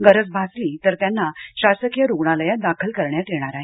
गरज भासली तर त्यांना शासकीय रुग्णालयात दाखल करण्यात येणार आहे